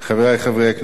בשם ועדת החוקה,